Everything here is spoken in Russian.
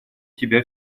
тебя